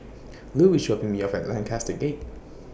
Lu IS dropping Me off At Lancaster Gate